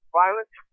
violence